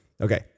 Okay